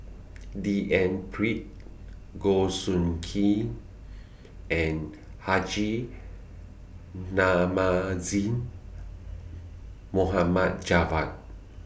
D N Pritt Goh Soo Khim and Haji Namazie Mohad Javad